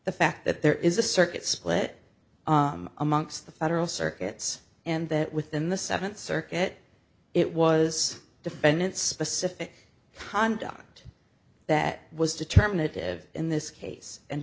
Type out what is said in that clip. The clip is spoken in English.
the fact that there is a circuit split amongst the federal circuits and that within the seventh circuit it was defendant specific conduct that was determinative in this case and